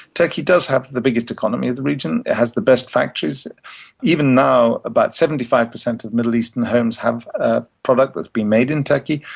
turkey does have the biggest economy of the region it has the best factories even now, about seventy five per cent of middle eastern homes have a product that's been made in turkey,